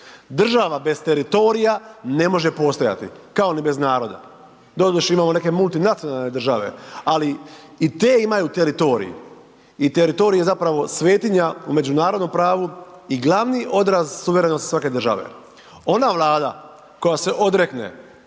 Država bez teritorija ne može postojati, kao ni bez naroda, doduše, imamo neke multinacionalne države, ali i te imaju teritorij i teritorij je zapravo svetinja u međunarodnom pravu i glavni odraz suverenosti svake države. Ona Vlada koja se odrekne,